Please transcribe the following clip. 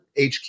HQ